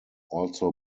also